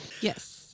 yes